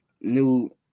new